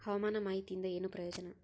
ಹವಾಮಾನ ಮಾಹಿತಿಯಿಂದ ಏನು ಪ್ರಯೋಜನ?